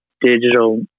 Digital